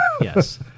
Yes